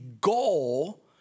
goal